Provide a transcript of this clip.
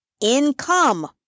income